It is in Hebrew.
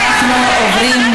ולא יכול להיות,